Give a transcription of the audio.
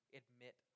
admit